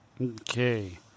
Okay